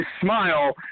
smile